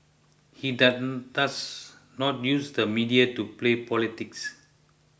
he does not use the media to play politics